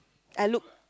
I looked